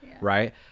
Right